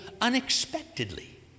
unexpectedly